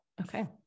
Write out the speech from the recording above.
Okay